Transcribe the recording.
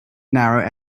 narrow